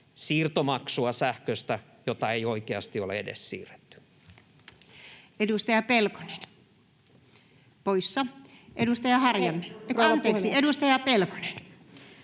siirtomaksua sähköstä, jota ei oikeasti ole edes siirretty. Edustaja Pelkonen — poissa. Edustaja Harjanne.